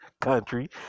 country